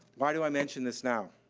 why do i mention this now?